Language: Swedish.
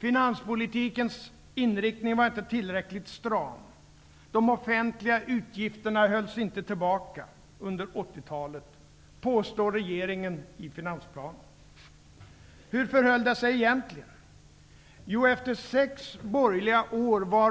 ''Finanspolitikens inriktning var inte tillräckligt stram. De offentliga utgifterna hölls inte tillbaka'', påstår regeringen i finansplanen. Hur förhöll det sig egentligen? Efter sex borgerliga regeringsår var